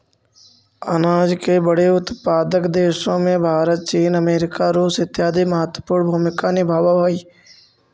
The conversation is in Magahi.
अनाज के बड़े उत्पादक देशों में भारत चीन अमेरिका रूस इत्यादि महत्वपूर्ण भूमिका निभावअ हई